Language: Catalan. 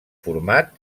format